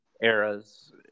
eras